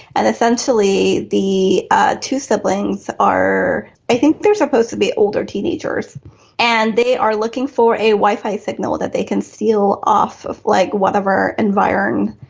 and essentially the two siblings are i think they're supposed to be older teenagers and they are looking for a wi-fi signal that they can steal off of like whatever environ.